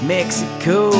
Mexico